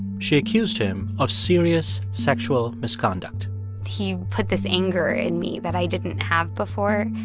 she accused him of serious sexual misconduct he put this anger in me that i didn't have before,